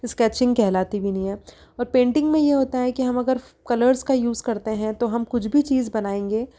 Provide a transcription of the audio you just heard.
sketching कहलाती भी नहीं है और पेंटिंग में ये होता है कि हम अगर कलर्स का यूज करते हैं तो हम कुछ भी चीज बनाएँगे